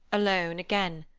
alone again,